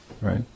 right